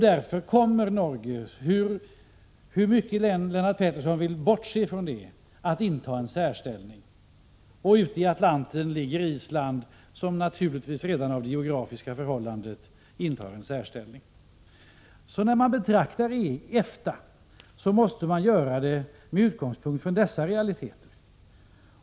Därför kommer Norge, hur mycket Lennart Pettersson än vill bortse från det, att inta en särställning. Och ute i Atlanten ligger Island, som naturligtvis redan genom det geografiska förhållandet intar en särställning. När man betraktar EFTA måste man göra det med utgångspunkt i dessa realiteter.